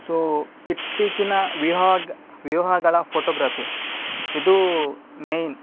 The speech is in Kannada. ಸೊ ಇತ್ತೀಚಿನ ವಿಹಾಗ ವಿವಾಹಗಳ ಫೋಟೋಗ್ರಫಿ ಇದು ಮೈನ್